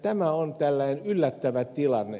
tämä on tällainen yllättävä tilanne